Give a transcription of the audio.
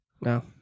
No